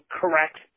correct